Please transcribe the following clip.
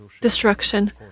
destruction